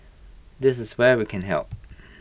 this is where we can help